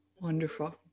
Wonderful